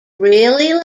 really